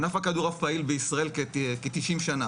ענף הכדורעף פעיל בישראל כ-90 שנה.